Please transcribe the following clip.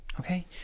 Okay